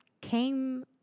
came